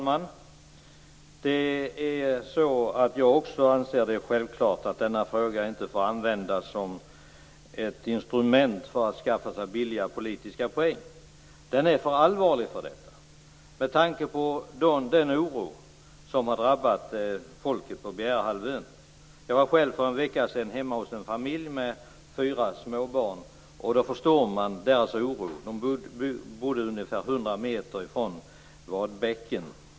Fru talman! Jag anser också att det är självklart att denna fråga inte får användas som ett instrument för att skaffa sig billiga politiska poäng. Den är för allvarlig för det med tanke på den oro som har drabbat folket på Bjärehalvön. Jag var själv för en vecka sedan hemma hos en familj med fyra småbarn, och jag förstår deras oro. De bor ungefär 100 meter från Vadbäcken.